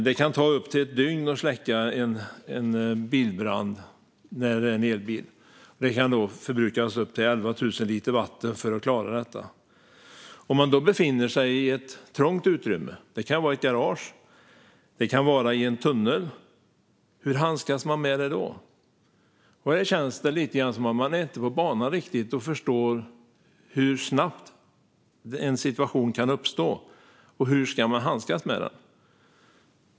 Det kan ta upp till ett dygn att släcka en bilbrand när det gäller en elbil, och det kan förbrukas upp till 11 000 liter vatten för att klara det. Om man då befinner sig i ett trångt utrymme - det kan vara ett garage, eller det kan vara en tunnel - hur handskas man med det då? Här känns det lite grann som att alla inte riktigt är på banan och förstår hur snabbt en situation kan uppstå eller hur man ska handskas med den.